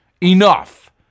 Enough